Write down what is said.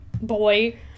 boy